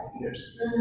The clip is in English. years